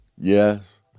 Yes